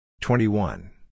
Twenty-one